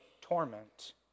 torment